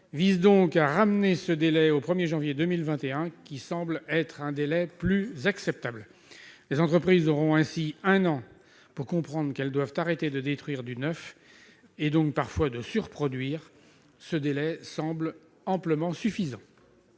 vise donc à ramener ce délai au 1 janvier 2021, ce qui semble plus acceptable. Les entreprises auront un an pour comprendre qu'elles doivent arrêter de détruire du neuf et de surproduire, ce qui semble amplement suffisant.